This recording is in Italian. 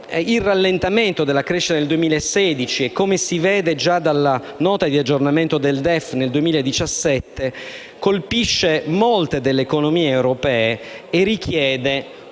il rallentamento della crescita nel 2016 e, come si vede già dalla Nota di aggiornamento del DEF, nel 2017, colpisce molte delle economie europee e richiede